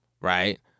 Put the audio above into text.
right